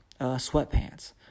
sweatpants